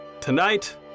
Tonight